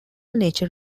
nature